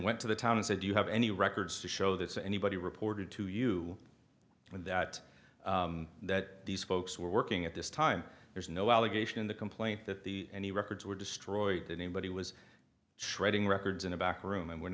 went to the town and said do you have any records to show this anybody reported to you that that these folks were working at this time there's no allegation in the complaint that the any records were destroyed the name but he was shredding records in a back room and w